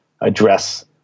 address